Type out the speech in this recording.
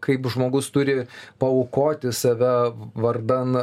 kaip žmogus turi paaukoti save vardan